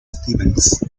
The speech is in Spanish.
stevens